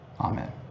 amen